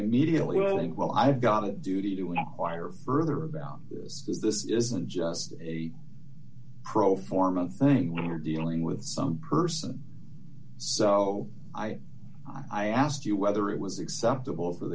immediately well and well i've got a duty to inquire further about this this isn't just a pro forma thing when you're dealing with some person so i i asked you whether it was acceptable for